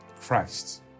Christ